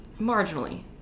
marginally